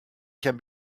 can